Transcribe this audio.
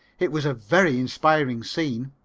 it was a very inspiring scene.